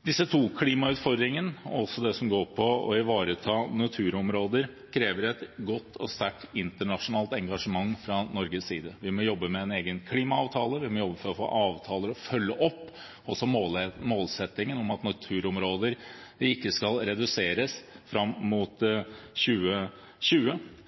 Disse to klimautfordringene, og også det som angår å ivareta naturområder, krever et godt og sterkt internasjonalt engasjement fra Norges side. Vi må jobbe med en egen klimaavtale, vi må jobbe for å få avtaler, og følge opp, og for målsettingen om at naturområder ikke skal reduseres fram mot 2020.